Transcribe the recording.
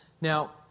Now